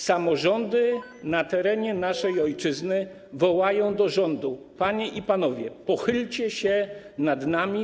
Samorządy na terenie naszej ojczyzny wołają do rządu: panie i panowie, pochylcie się nad nami.